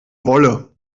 wolle